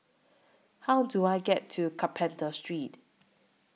How Do I get to Carpenter Street